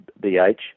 bh